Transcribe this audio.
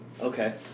Okay